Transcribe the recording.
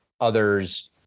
others